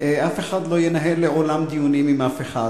אף אחד לא ינהל לעולם דיונים עם אף אחד.